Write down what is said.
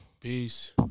Peace